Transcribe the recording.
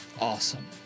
Awesome